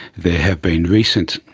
there have been recent,